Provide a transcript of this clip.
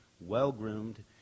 well-groomed